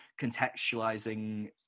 contextualizing